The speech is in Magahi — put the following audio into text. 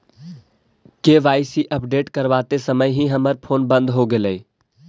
के.वाई.सी अपडेट करवाते समय ही हमर फोन बंद हो गेलई